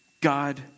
God